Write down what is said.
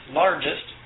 largest